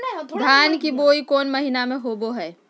धान की बोई कौन महीना में होबो हाय?